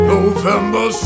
November